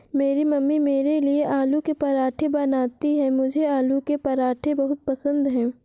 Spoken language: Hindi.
मेरी मम्मी मेरे लिए आलू के पराठे बनाती हैं मुझे आलू के पराठे बहुत पसंद है